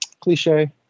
cliche